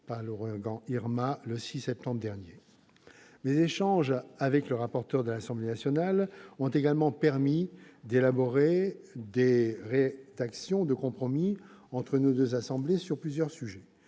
par l'ouragan Irma, le 6 septembre dernier. Mes échanges avec le rapporteur de l'Assemblée nationale ont également permis d'élaborer des rédactions de compromis entre nos deux assemblées sur plusieurs sujets.